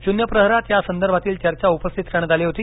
शून्यप्रहरात या संदर्भातील चर्चा उपस्थित करण्यात आली होती